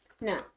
No